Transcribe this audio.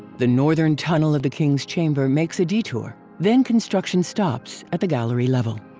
the northern tunnel of the king's chamber makes a detour, then construction stops at the gallery level.